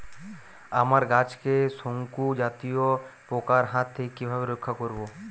আমার গাছকে শঙ্কু জাতীয় পোকার হাত থেকে কিভাবে রক্ষা করব?